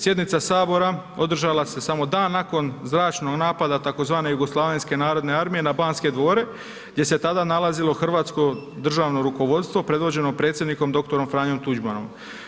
Sjednica Sabora održala se samo dan nakon zračnog napada tzv. jugoslavenske narodne armije na Banske dvore gdje se tada nalazilo hrvatsko državno rukovodstvo predvođeno predsjednikom dr. Franjom Tuđmanom.